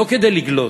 לא כדי לגלות,